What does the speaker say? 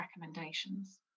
recommendations